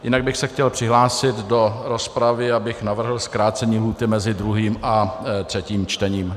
Jinak bych se chtěl přihlásit do rozpravy, abych navrhl zkrácení lhůty mezi druhým a třetím čtením.